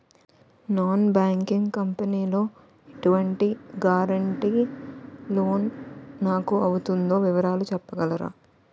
Non banking company లో ఎటువంటి guarantee loan నాకు అవుతుందో వివరాలు చెప్పగలరా?